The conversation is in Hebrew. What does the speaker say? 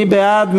מי בעד?